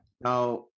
Now